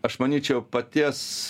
aš manyčiau paties